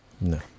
No